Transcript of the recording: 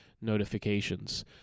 notifications